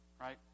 right